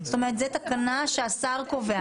זאת אומרת, זאת תקנה שהשר קובע.